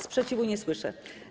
Sprzeciwu nie słyszę.